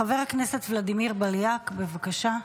חבר הכנסת ולדימיר בליאק, בבקשה.